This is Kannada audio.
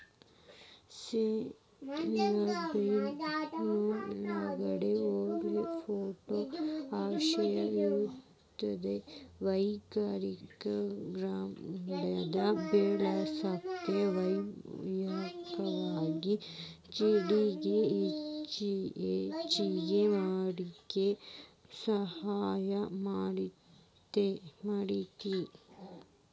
ಸೋಯಾಬೇನ್ ನೊಳಗ ಒಳ್ಳೆ ಪ್ರೊಟೇನ್ ಅಂಶ ಇರೋದ್ರಿಂದ ಮೈ ಕೈ ಮನಗಂಡ ಬೇಳಸಾಕ ಮೈಯಾಗಿನ ಜಿಗಟ್ ಹೆಚ್ಚಗಿ ಮಾಡ್ಲಿಕ್ಕೆ ಸಹಾಯ ಮಾಡ್ತೆತಿ